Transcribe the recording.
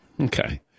Okay